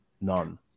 none